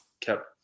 kept